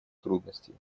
трудностей